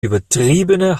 übertriebene